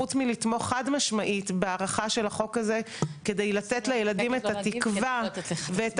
חוץ מלתמוך חד משמעית בהארכה של החוק הזה כדי לתת לילדים את התקווה ואת